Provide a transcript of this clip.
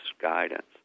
guidance